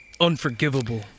Unforgivable